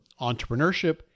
entrepreneurship